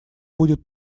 будет